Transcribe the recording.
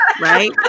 right